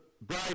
bride